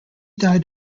died